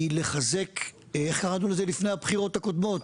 היא לחזק, איך קראנו לזה לפני הבחירות הקודמות?